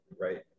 right